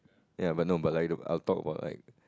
ya but no but like I'll talk about like